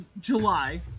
July